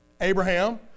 Abraham